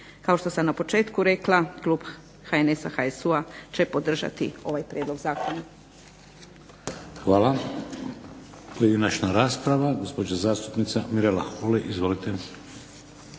Kao što sam na početku rekla, klub HNS-a i HSU-a će podržati ovaj prijedlog zakona. **Šeks, Vladimir